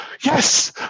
yes